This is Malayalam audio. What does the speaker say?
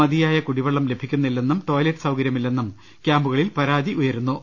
മതിയായ കുടിവെളളം ലഭിക്കുന്നില്ലെന്നും ടോയ്ലറ്റ് സൌക രൃമില്ലെന്നും ക്യാമ്പുകളിൽ പരാതി ഉയരുന്നുണ്ട്